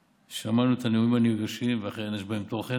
שמענו את הנאומים הנרגשים, ואכן יש בהם תוכן,